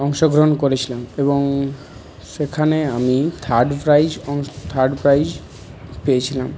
অংশগ্রহণ করেছিলাম এবং সেখানে আমি থার্ড প্রাইজ অং থার্ড প্রাইজ পেয়েছিলাম